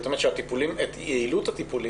זאת אומרת שהטיפולים יעילים,